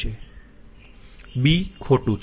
b ખોટું છે